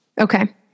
Okay